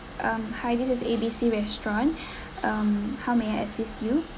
um hi this is A_B_C restaurant um how may I assist you